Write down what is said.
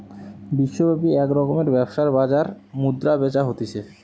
বিশ্বব্যাপী এক রকমের ব্যবসার বাজার মুদ্রা বেচা হতিছে